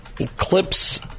Eclipse